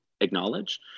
acknowledge